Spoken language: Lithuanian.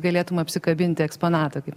galėtum apsikabinti eksponatą kaip